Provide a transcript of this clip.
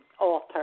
author